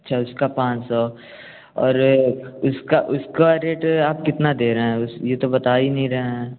अच्छा उसका पाँच सौ और उसका उसका रेट आप आप कितना दे रहे हैं ये तो बता ही नहीं रहे हैं